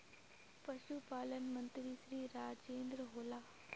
पशुपालन मंत्री श्री राजेन्द्र होला?